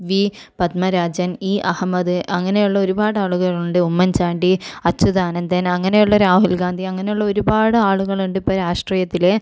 V Padmarajan ഈ അഹമ്മദ് അങ്ങനെയുള്ള ഒരുപാട് ആളുകളുണ്ട് ഉമ്മൻചാണ്ടി അച്യുതാനന്ദൻ അങ്ങനെയുള്ള രാഹുൽഗാന്ധി അങ്ങനെയുള്ള ഒരുപാട് ആളുകളുണ്ട് ഇപ്പോൾ രാഷ്ട്രീയത്തിൽ